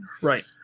right